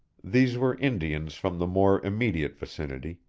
these were indians from the more immediate vicinity,